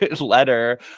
letter